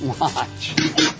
Watch